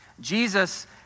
Jesus